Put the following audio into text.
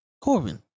Corbin